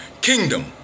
Kingdom